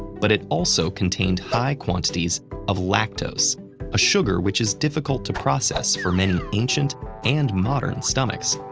but it also contained high quantities of lactose a sugar which is difficult to process for many ancient and modern stomachs.